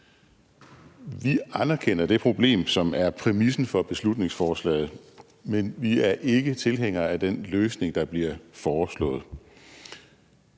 Vi anerkender det problem, som er præmissen for beslutningsforslaget, men vi er ikke tilhængere af den løsning, der bliver foreslået.